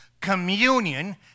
communion